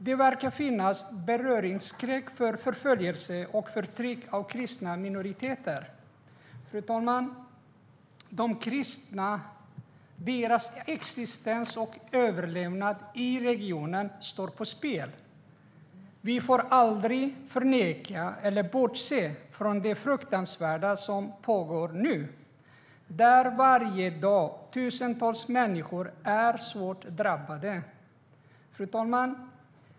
Det verkar finnas beröringsskräck när det gäller förföljelse och förtryck av kristna minoriteter. Fru talman! De kristnas existens och överlevnad i regionen står på spel. Vi får aldrig förneka eller bortse från det fruktansvärda som nu pågår, där tusentals människor drabbas svårt varje dag. Fru talman!